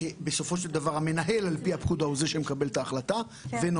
בסופו של דבר המנהל על פי הפקודה הוא זה שמקבל את ההחלטה ונותן.